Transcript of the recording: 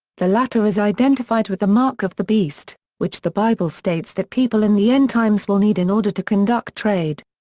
the latter is identified with the mark of the beast, which the bible states that people in the end times will need in order to conduct trade.